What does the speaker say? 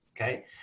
Okay